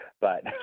but-